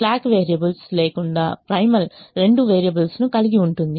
slack variables లేకుండా primal రెండు variables ను కలిగి ఉంటుంది